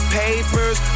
papers